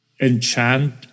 enchant